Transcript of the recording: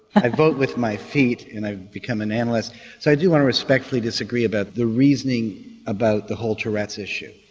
i vote with my feet and i've become an analyst but so i do want to respectively disagree about the reasoning about the whole tourette's issue.